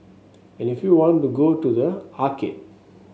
and if you want to go to the arcade